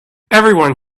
everyone